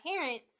parents